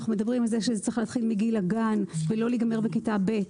אנחנו מדברים על זה שזה צריך להתחיל מגיל הגן ולא להיגמר בכיתה ב',